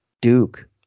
Duke